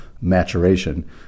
maturation